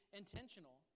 intentional